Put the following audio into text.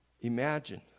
imagine